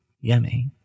Yummy